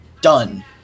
done